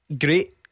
Great